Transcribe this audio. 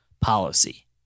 policy